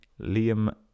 Liam